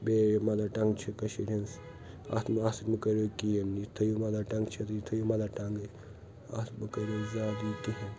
بیٚیہِ مَدر ٹنٛگ چھِ کشیٖرۍ ہنٛز اَتھ مہٕ اَتھ سۭتۍ مہِ کرِو کہیٖنۍ نہٕ یہِ تھٲیو مَدر ٹنٛگ چھِ تہٕ یہِ تھٔیو مَدر ٹنٛگٕے اَتھ مہِ کٔرِو زیادٕ یہِ کہیٖنۍ تہِ